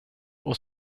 och